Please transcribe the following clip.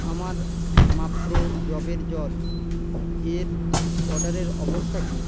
আমার মাপ্রো যবের জল এর অর্ডারের অবস্থা কী